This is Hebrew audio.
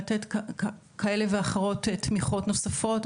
לתת כאלה ואחרות תמיכות נוספות,